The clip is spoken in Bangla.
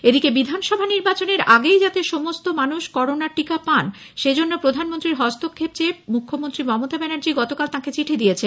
এদিকে বিধানসভা নির্বাচনের আগেই যাতে সমস্ত মানুষ করোনার টিকা পান সে জন্য প্রধানমন্ত্রীর হস্তক্ষেপ চেয়ে মুখ্যমন্ত্রী মমতা ব্যানার্জি গতকাল তাঁকে চিঠি দিয়েছেন